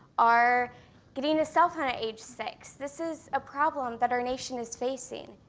are getting a cell phone at age six. this is a problem that our nation is facing.